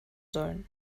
sollen